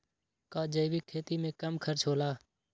का जैविक खेती में कम खर्च होला?